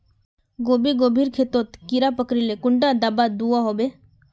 गोभी गोभिर खेतोत कीड़ा पकरिले कुंडा दाबा दुआहोबे?